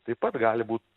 taip pat gali būt